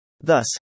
Thus